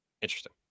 Interesting